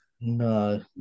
No